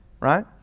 Right